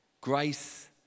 Grace